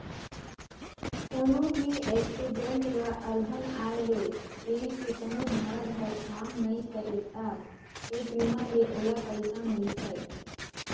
कोनो भी एक्सीडेंट य अलहन आये ले देंह के कोनो भाग हर काम नइ करे त ए बीमा ले ओला पइसा मिलथे